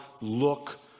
look